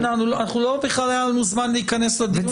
לא היה לנו זמן בכלל להיכנס לדיון הזה.